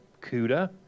Cuda